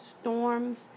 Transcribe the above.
storms